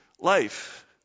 Life